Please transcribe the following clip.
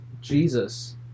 Jesus